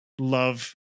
love